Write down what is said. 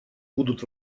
будут